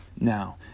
Now